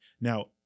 Now